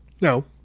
No